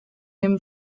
him